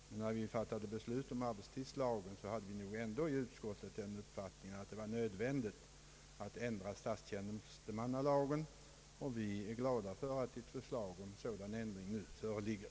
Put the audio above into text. När vi i utskottet fattade beslut om arbetstidslagen, hade vi den uppfattningen att det var nödvändigt att ändra statstjänstemannalagen i detta sammanhang. Vi är glada över att förslag om en sådan ändring nu föreligger.